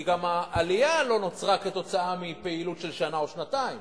כי גם העלייה לא נוצרה מפעילות של שנה או שנתיים.